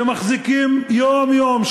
שמחזיקים יום-יום,